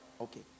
Okay